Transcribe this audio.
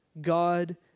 God